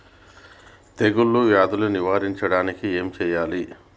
తెగుళ్ళ వ్యాధులు నివారించడానికి ఏం చేయాలి?